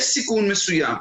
יש סיכון מסוים.